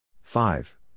Five